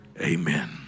Amen